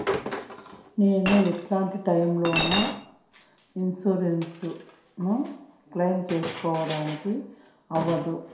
నేను ఎట్లాంటి టైములో నా ఇన్సూరెన్సు ను క్లెయిమ్ సేసుకోవడానికి అవ్వదు?